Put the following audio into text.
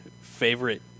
favorite